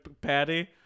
Patty